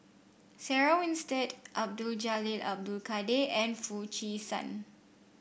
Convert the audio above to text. Sarah Winstedt Abdul Jalil Abdul Kadir and Foo Chee San